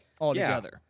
altogether